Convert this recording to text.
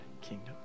kingdom